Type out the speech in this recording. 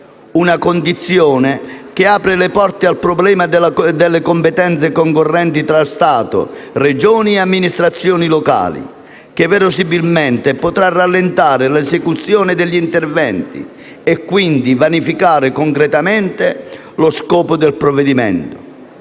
Tale condizione apre le porte al problema delle competenze concorrenti tra Stato, Regioni e amministrazioni locali, che verosimilmente potrà rallentare l'esecuzione degli interventi e, quindi, vanificare concretamente lo scopo del provvedimento.